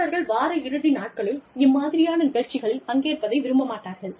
பணியாளர்கள் வார இறுதி நாட்களில் இம்மாதிரியான நிகழ்ச்சிகளில் பங்கேற்பதை விரும்ப மாட்டார்கள்